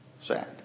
Sad